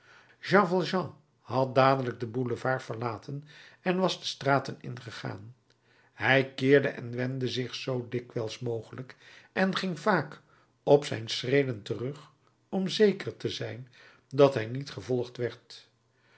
had dadelijk den boulevard verlaten en was de straten ingegaan hij keerde en wendde zich zoo dikwijls mogelijk en ging vaak op zijn schreden terug om zeker te zijn dat hij niet gevolgd werd